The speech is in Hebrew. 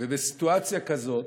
ובסיטואציה כזאת,